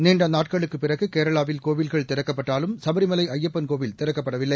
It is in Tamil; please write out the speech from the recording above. நீண்டநாட்களுக்குப் பிறகுகேரளாவில் கோவில்கள் திறக்கப்பட்டாலும் சபரிமலைஐயப்பன்கோவில் திறக்கப்படவில்லை